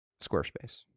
Squarespace